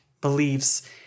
beliefs